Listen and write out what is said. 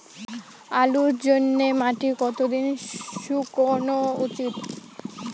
আলুর জন্যে মাটি কতো দিন শুকনো উচিৎ?